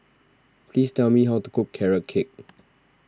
please tell me how to cook Carrot Cake